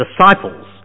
disciples